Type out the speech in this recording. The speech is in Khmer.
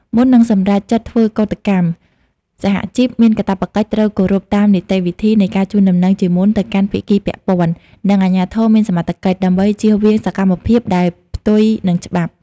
មុននឹងសម្រេចចិត្តធ្វើកូដកម្ម សហជីពមានកាតព្វកិច្ចត្រូវគោរពតាមនីតិវិធីនៃការជូនដំណឹងជាមុនទៅកាន់ភាគីពាក់ព័ន្ធ និងអាជ្ញាធរមានសមត្ថកិច្ច ដើម្បីចៀសវាងសកម្មភាពដែលផ្ទុយនឹងច្បាប់។